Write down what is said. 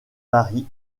paris